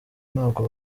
ntabwo